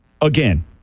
again